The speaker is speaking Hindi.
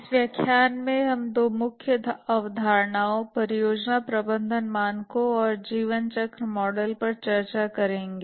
इस व्याख्यान में हम 2 मुख्य अवधारणाओं परियोजना प्रबंधन मानकों और जीवन चक्र मॉडल पर चर्चा करेंगे